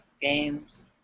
games